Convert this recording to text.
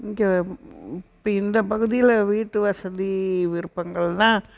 இங்கே இந்த பகுதியில் வீட்டு வசதி விருப்பங்கள்னால்